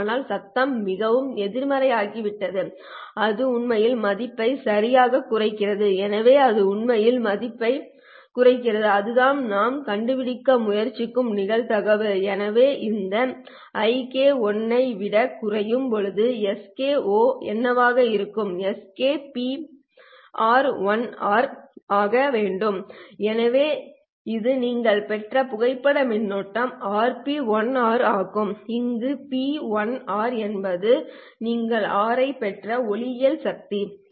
ஆனால் சத்தம் மிகவும் எதிர்மறையாகிவிட்டது அது உண்மையில் மதிப்பை சரியாகக் குறைக்கிறது எனவே அது உண்மையில் மதிப்பைக் குறைக்கிறது அதுதான் நாம் கண்டுபிடிக்க முயற்சிக்கும் நிகழ்தகவு எனவே இந்த ik1 ஐத்தை விடக் குறையும் போது sk ஓ என்னவாக இருக்கும் sk RP1r ஆக இருக்க வேண்டும் எனவே இது நீங்கள் பெற்றுள்ள புகைப்பட மின்னோட்டம் RP1r ஆகும் அங்கு P1r என்பது நீங்கள் R ஐப் பெற்ற ஒளியியல் சக்தியாகும்